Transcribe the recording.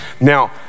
Now